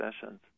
sessions